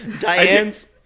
Diane's